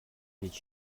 гэж